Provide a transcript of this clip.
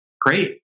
great